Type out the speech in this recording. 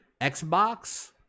Xbox